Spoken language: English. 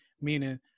meaning